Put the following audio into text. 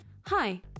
Hi